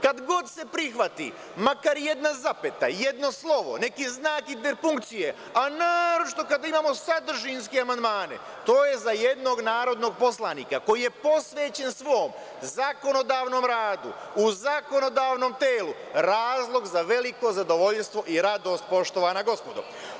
Kada god se prihvati makar jedna zapeta, jedno slovo, neki znak interpunkcije, a naročito kada imamo sadržinske amandmane, to je za jednog narodnog poslanika koji je posvećen svom zakonodavnom radu u zakonodavnom telu, razlog za veliko zadovoljstvo i radost poštovano gospodo.